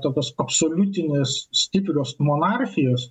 tokios absoliutinės stiprios monarchijos